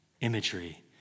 imagery